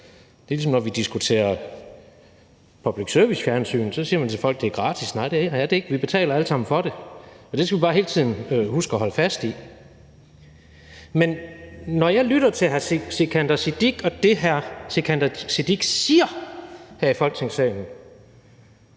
det samme, som når vi diskuterer public service-fjernsyn, og man siger til folk, at det er gratis. Nej, det er det ikke, for vi betaler alle sammen for det, og det skal vi bare hele tiden huske at holde fast i. Men når jeg lytter til det, hr. Sikandar Siddique siger her i Folketingssalen,